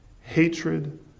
hatred